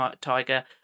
Tiger